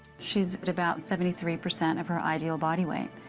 she's at about seventy three percent of her ideal body weight.